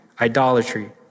idolatry